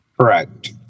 Correct